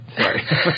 Sorry